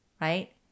right